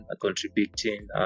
contributing